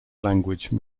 language